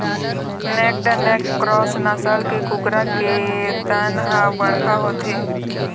naked neck cross नसल के कुकरा के तन ह बड़का होथे